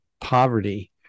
poverty